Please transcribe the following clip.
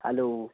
hello